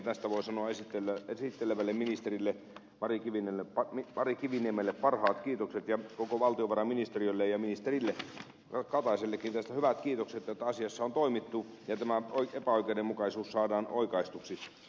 tästä voi sanoa esittelevälle ministerille mari kiviniemelle parhaat kiitokset ja koko valtiovarainministeriölle ja ministeri kataisellekin tästä hyvät kiitokset että asiassa on toimittu ja tämä epäoikeudenmukaisuus saadaan oikaistuksi